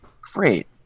Great